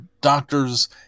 doctors